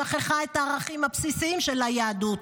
שכחה את הערכים הבסיסיים של היהדות,